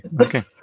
okay